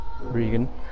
Regan